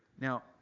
now